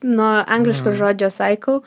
nuo angliško žodžio saikau